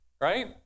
Right